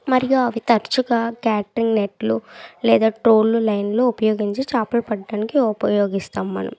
మరియు అవి తరచుగా క్యాటరింగ్ నెట్లు లేదా ట్రోల్ లైన్లు ఉపయోగించి చేపలు పట్టడానికి ఉపయోగిస్తాము మనం